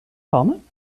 pannen